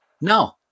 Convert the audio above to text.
No